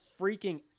freaking